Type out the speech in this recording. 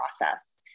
process